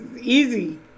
easy